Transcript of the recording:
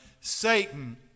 Satan